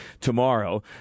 tomorrow